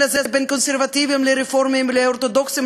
הזה בין קונסרבטיבים לרפורמים לאורתודוקסים,